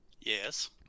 Yes